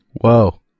Whoa